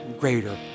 greater